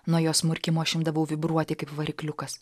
nuo jos murkimo aš imdavau vibruoti kaip varikliukas